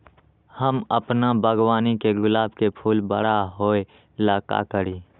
हम अपना बागवानी के गुलाब के फूल बारा होय ला का करी?